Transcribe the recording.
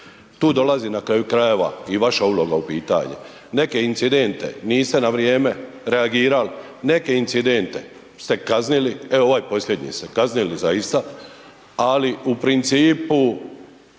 Tu dolazi na kraju krajeva i vaša uloga u pitanje. Neke incidente niste na vrijeme reagirali, neke incidente ste kaznili, evo ovaj posljednji, ste kaznili zaista, ali u principu